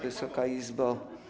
Wysoka Izbo!